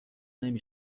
نمی